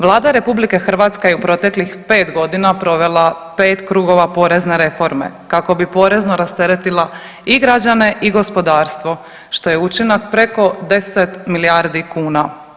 Vlada RH je u proteklih 5 godina provela 5 krugova porezne reforme, kako bi porezno rasteretila i građane i gospodarstvo, što je učinak preko 10 milijardi kuna.